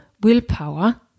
willpower